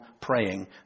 praying